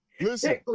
Listen